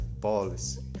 policy